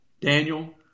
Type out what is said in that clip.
Daniel